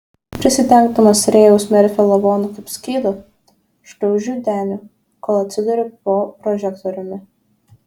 prisidengdamas rėjaus merfio lavonu kaip skydu šliaužiu deniu kol atsiduriu po prožektoriumi